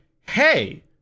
hey